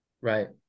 right